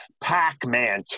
Pac-Man